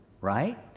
right